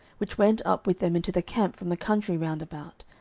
which went up with them into the camp from the country round about,